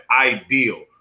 ideal